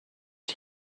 are